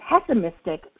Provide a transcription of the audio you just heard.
pessimistic